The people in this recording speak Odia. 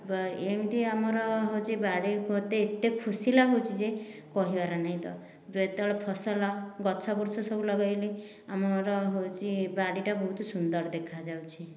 ଏମିତି ଆମର ହେଉଛି ବାଡ଼ି ମୋତେ ଏତେ ଖୁସି ଲାଗୁଛି ଯେ କହିବାର ନାହିଁ ତ ଯେତେବେଳେ ଫସଲ ଗଛ ବର୍ଷ ସବୁ ଲଗାଇଲି ଆମର ହେଉଛି ବାଡ଼ିଟା ବହୁତ ସୁନ୍ଦର ଦେଖାଯାଉଛି